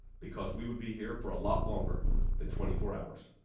because we would be here for a lot longer than twenty four hours.